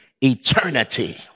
eternity